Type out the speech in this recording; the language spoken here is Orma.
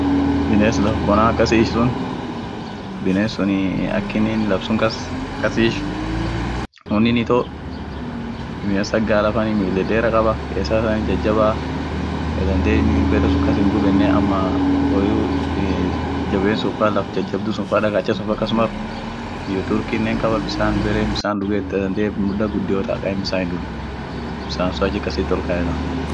biness laf bona kas ish sun biness sunii ak inin laf sun kas-kas ish wonin itoo, biness ak gala fan mil dedera kaba, kesan isanin jajaba, ka dandee bare sun kas hingubenne ama woyu hii jaben sun fa laf jajabdu sun fa dakacha sun fa kas mar iyo turkinen hinkaba, bisan bere bisan duge dandee muda gudio ta kain bisan hindun bisan sun ach kasit ol kayeta.